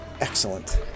Excellent